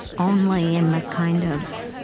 only in the kind of